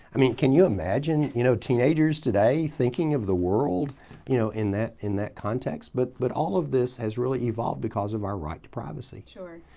i mean can you imagine, you know, teenagers today thinking of the world you know in that in that context? but but all of this has really evolved because of our right to privacy. sure.